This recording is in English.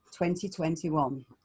2021